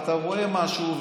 ואתה רואה משהו,